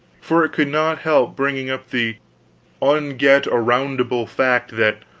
for it could not help bringing up the unget-aroundable fact that,